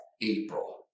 April